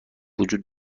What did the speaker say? وجود